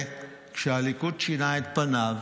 ככה זה כשהליכוד שינה את פניו,